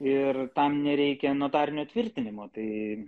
ir tam nereikia notarinio tvirtinimo tai